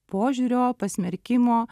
požiūrio pasmerkimo